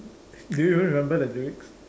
do you even remember the lyrics